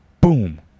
boom